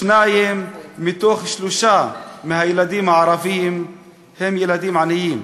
שניים מכל שלושה ילדים ערבים הם ילדים עניים.